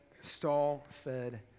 stall-fed